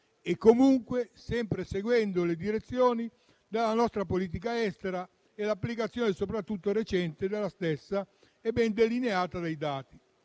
e comunque sempre seguendo le direzioni della nostra politica estera e l'applicazione soprattutto recente della stessa, ben delineata dai dati.